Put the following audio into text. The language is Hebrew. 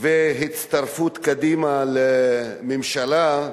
והצטרפות קדימה לממשלה,